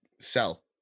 sell